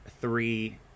three